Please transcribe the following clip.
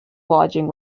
lodging